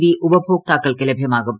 V ഉപയോക്താക്കൾക്ക് ലഭ്യമാകും